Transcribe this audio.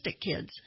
kids